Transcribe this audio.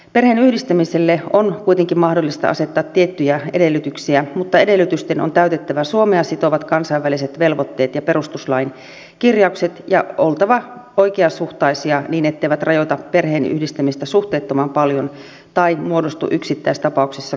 perheenyhdistämiselle on kuitenkin mahdollista asettaa tiettyjä edellytyksiä mutta edellytysten on täytettävä suomea sitovat kansainväliset velvoitteet ja perustuslain kirjaukset ja oltava oikeasuhtaisia niin että ne eivät rajoita perheenyhdistämistä suhteettoman paljon tai muodostu yksittäistapauksissa kohtuuttomiksi